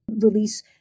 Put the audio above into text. release